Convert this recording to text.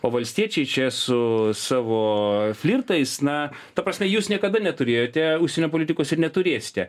o valstiečiai čia su savo flirtais na ta prasme jūs niekada neturėjote užsienio politikos ir neturėsite